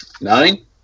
Nine